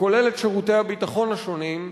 וכולל את שירותי הביטחון השונים,